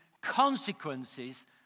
consequences